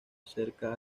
acerca